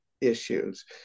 issues